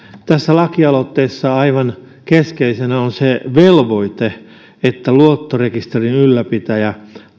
tässä lakialoitteessa aivan keskeisenä on se velvoite että luottorekisterin ylläpitäjä